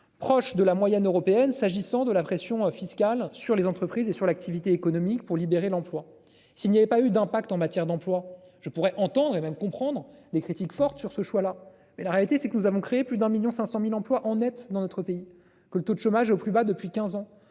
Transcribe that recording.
Proche de la moyenne européenne. S'agissant de la pression fiscale sur les entreprises et sur l'activité économique pour libérer l'emploi s'il n'y avait pas eu d'impact en matière d'emploi. Je pourrais entendre et même comprendre des critiques fortes sur ce choix là. Mais la réalité c'est que nous avons créé plus d'1.500.000 emplois en Net dans notre pays que le taux de chômage au plus bas depuis 15 ans